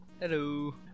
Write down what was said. hello